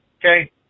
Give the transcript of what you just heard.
okay